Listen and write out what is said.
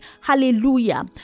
hallelujah